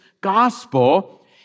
gospel